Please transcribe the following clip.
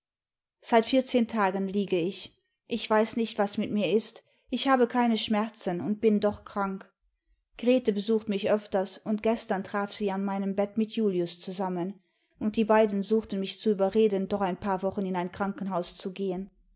seit vierzehn tagen liege ich ich weiß nicht was mir ist ich habe keine schmerzen und bin doch krank grete besucht mich öfters imd gestern traf sie an meinem bett mit julius zusammen und die beiden suchten mich zu überreden doch ein paar wochen in ein krankenhaus zu gehen